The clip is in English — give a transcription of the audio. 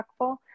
impactful